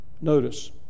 Notice